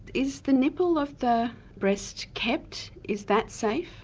is the nipple of the breast kept, is that safe?